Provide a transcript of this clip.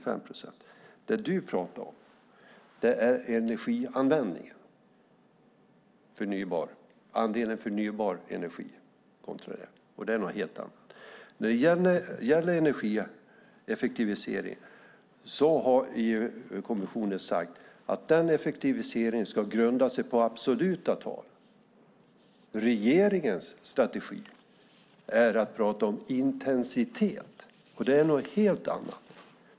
Det Helena Lindahl talar om är energianvändningen, andelen förnybar energi kontra det, och det är någonting helt annat. När det gäller energieffektiviseringen har kommissionen sagt att den effektiviseringen ska grunda sig på absoluta tal. Regeringens strategi är att tala om intensitet, och det är någonting helt annat.